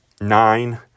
nine